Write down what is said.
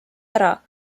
ära